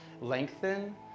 Lengthen